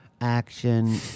action